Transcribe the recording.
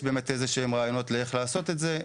יש רעיונות איך לעשות את זה,